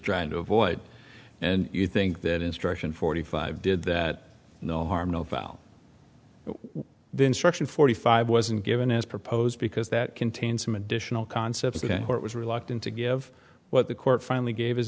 trying to avoid and you think that instruction forty five did that no harm no foul the instruction forty five wasn't given is proposed because that contains some additional concepts today or it was reluctant to give what the court finally gave his